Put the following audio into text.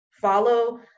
follow